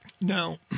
Now